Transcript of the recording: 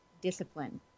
discipline